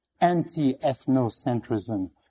anti-ethnocentrism